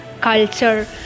Culture